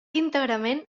íntegrament